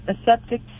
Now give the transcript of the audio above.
aseptic